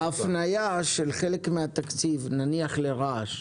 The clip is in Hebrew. המנכ"לית, ההפניה של חלק מהתקציב, נניח לרעש,